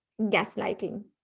gaslighting